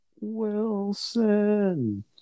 Wilson